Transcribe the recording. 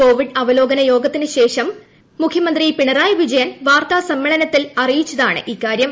Covid അവലോകന യോഗത്തിനു ശേഷം മുഖ്യമന്ത്രി പിണറായി വിജയൻ വാർത്താ സമ്മേളനത്തിൽ അറിയിച്ചതാണ് ഇക്കാര്യം